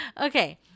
okay